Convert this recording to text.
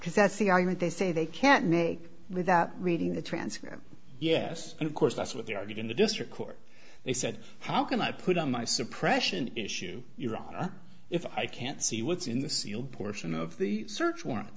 because that's the argument they say they can't make without reading the transcript yes and of course that's what they argued in the district court they said how can i put on my suppression issue if i can't see what's in the sealed portion of the search warrant